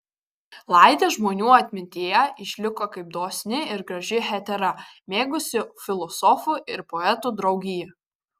laidė žmonių atmintyje išliko kaip dosni ir graži hetera mėgusi filosofų ir poetų draugiją